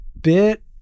bit